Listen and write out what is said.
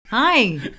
Hi